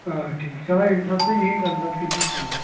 آ ٹھیٖک چلو ییٚمہِ ساتہٕ تُہۍ یِیِو تَمہِ ساتہٕ کٔرۍزیٚو کال